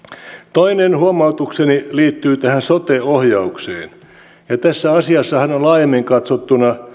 toinen huomautukseni liittyy tähän sote ohjaukseen tässä asiassahan on laajemmin katsottuna